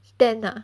ten ah